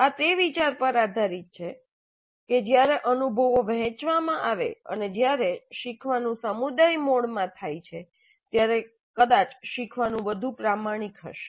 આ તે વિચાર પર આધારિત છે કે જ્યારે અનુભવો વહેચવામાં આવે છે અને જ્યારે શીખવાનું સમુદાય મોડમાં થાય છે ત્યારે કદાચ શીખવાનું વધુ પ્રમાણિક હશે